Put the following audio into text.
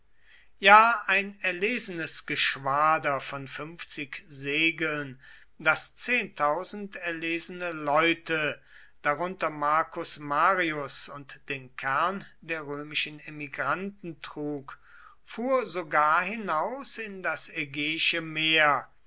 ja ein erlesenes geschwader von fünfzig segeln das erlesene leute darunter marcus marius und den kern der römischen emigranten trug fuhr sogar hinaus in das ägäische meer